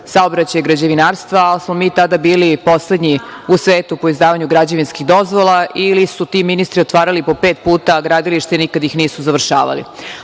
saobraćaja i građevinarstva, ali smo mi tada bili poslednji u svetu po izdavanju građevinskih dozvola, ili su ti ministri otvarali po pet puta gradilište i nikad ih nisu završavali.